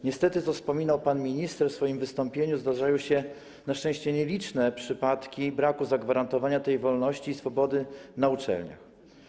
Niestety, co wspominał pan minister w swoim wystąpieniu, zdarzają się - na szczęście nieliczne - przypadki braku zagwarantowania tej wolności i swobody na uczelniach.